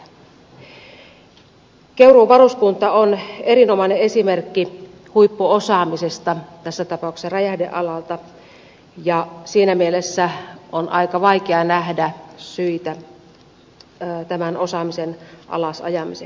keuruun varuskunta on erinomainen esimerkki huippuosaamisesta tässä tapauksessa räjähdealalta ja siinä mielessä on aika vaikea nähdä syitä tämän osaamisen alasajamiseksi